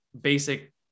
basic